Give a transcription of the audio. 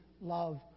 love